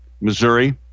Missouri